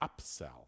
upsell